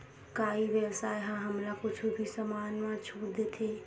का ई व्यवसाय ह हमला कुछु भी समान मा छुट देथे?